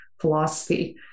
philosophy